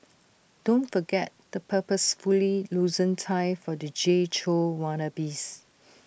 don't forget the purposefully loosened tie for the Jay Chou wannabes